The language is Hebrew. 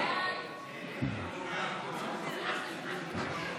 לא נתקבלה.